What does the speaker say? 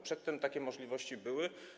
Przedtem takie możliwości były.